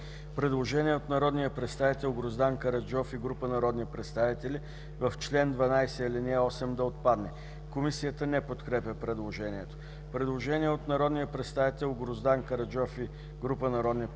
предложение от народния представител Гроздан Караджов и група народни представители: „В чл. 12, ал. 8 да отпадне.” Комисията не подкрепя предложението. Предложение от народния представител Гроздан Караджов и група народни представители: